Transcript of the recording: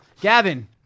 Gavin